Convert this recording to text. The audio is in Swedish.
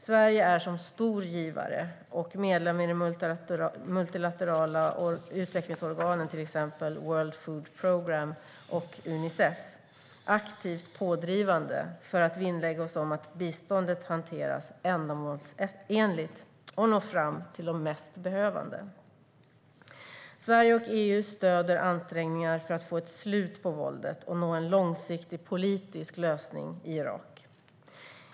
Sverige är som stor givare och medlem i de multilaterala utvecklingsorganen, till exempel World Food Programme och Unicef, aktivt pådrivande för att vinnlägga oss om att biståndet hanteras ändamålsenligt och når fram till de mest behövande. Sverige och EU stöder ansträngningar för att få ett slut på våldet och nå en långsiktig politisk lösning i Irak.